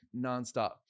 nonstop